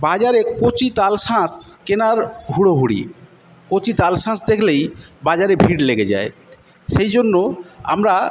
বাজারে কচি তালশাঁস কেনার হুড়োহুড়ি কচি তালশাঁস দেখলেই বাজারে ভীড় লেগে যায় সেইজন্য আমরা